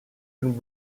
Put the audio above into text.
been